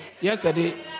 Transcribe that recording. yesterday